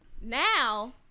now